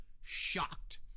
shocked